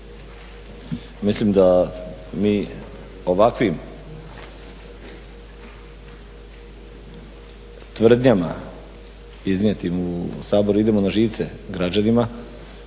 mislim da mi ovakvim tvrdnjama iznijetim u Saboru idemo na živce građanima